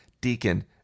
deacon